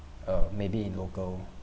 uh maybe in local